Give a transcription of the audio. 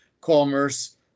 commerce